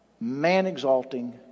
man-exalting